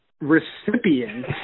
recipient